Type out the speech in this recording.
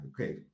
okay